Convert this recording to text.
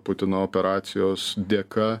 putino operacijos dėka